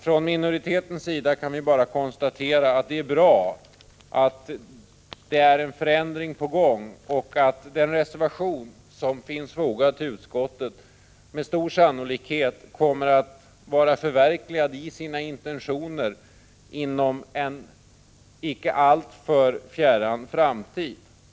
Från minoritetens sida kan vi bara konstatera att det är bra att en förändring är på gång och att intentionerna bakom den reservation som finns fogad till utskottets betänkande med stor sannolikhet kommer att vara förverkligade inom en icke alltför fjärran framtid.